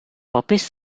popis